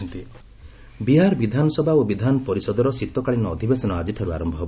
Bihar session Bihar ବିଧାନସଭା ଓ ବିଧାନ ପରିଷଦର ଶୀତକାଳୀନ ଅଧିବେଶନ ଆକିଠାରୁ ଆରମ୍ଭ ହେବ